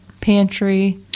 pantry